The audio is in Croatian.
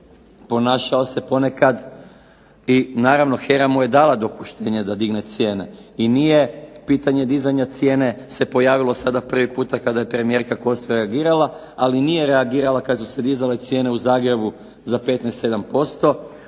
ponašao se ponekad i naravno HERA mu je dala dopuštenje da digne cijene i nije pitanje dizanja cijene se pojavilo sada prvi puta kada je premijerka Kosor reagirala, ali nije reagirala kad su se dizale cijene u Zagrebu za 15,7%